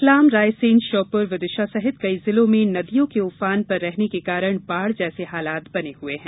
रतलाम रायसेन श्योपुरविदिशा सहित कई जिलों मे नदियों के उफान पर रहने के कारण बाढ़ जैसे हालात बने हुए है